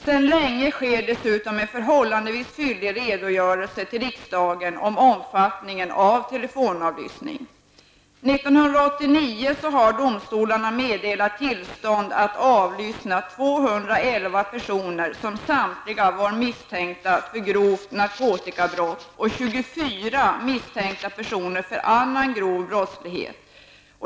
Sedan länge ges dessutom en förhållandevis fyllig redogörelse till riksdagen om omfattningen av telefonavlyssningen. 211 personer, som samtliga var misstänkta för grova narkotikabrott, och 24 personer som var misstänkta för annan grov brottslighet.